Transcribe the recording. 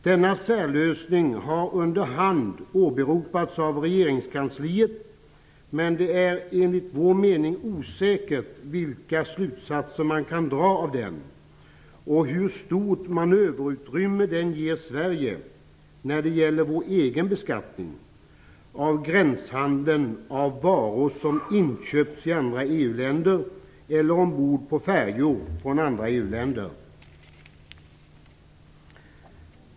Denna särlösning har under hand åberopats av regeringskansliet, men det är enligt vår mening osäkert vilka slutsatser man kan dra av den och hur stort manöverutrymme den ger Sverige när det gäller vår egen beskattning av gränshandeln av varor som inköpts i andra EU-länder eller ombord på färjor från andra EU-länder.